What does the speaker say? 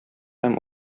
һәм